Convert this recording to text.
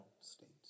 states